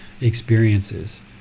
experiences